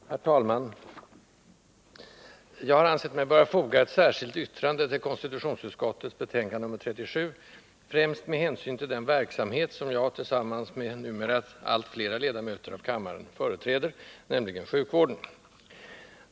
Herr talman! Jag har ansett mig böra foga ett särskilt yttrande till konstitutionsutskottets betänkande nr 37, främst med hänsyn till den verksamhet som jag tillsamman med numera allt fler ledamöter av kammaren företräder, nämligen sjukvården.